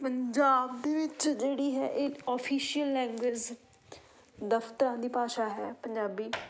ਪੰਜਾਬ ਦੇ ਵਿੱਚ ਜਿਹੜੀ ਹੈ ਇਹ ਓਫੀਸ਼ੀਅਲ ਲੈਂਗੁਏਜ਼ ਦਫਤਰਾਂ ਦੀ ਭਾਸ਼ਾ ਹੈ ਪੰਜਾਬੀ